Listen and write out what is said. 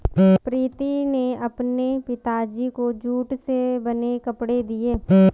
प्रीति ने अपने पिताजी को जूट से बने कपड़े दिए